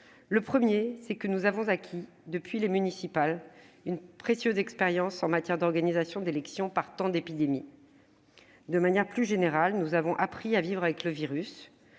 Le premier, c'est que nous avons acquis, depuis les élections municipales, une précieuse expérience en matière d'organisation de scrutins par temps d'épidémie. De manière plus générale, nous avons appris à vivre avec le virus.